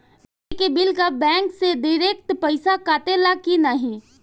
बिजली के बिल का बैंक से डिरेक्ट पइसा कटेला की नाहीं?